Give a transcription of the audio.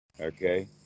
Okay